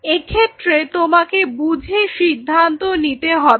এক্ষেত্রে তোমাকে বুঝে সিদ্ধান্ত নিতে হবে